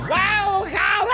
Welcome